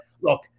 look